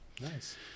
Nice